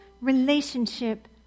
relationship